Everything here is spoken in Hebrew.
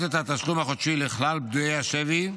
את התשלום החודשי לכלל פדויי השבי.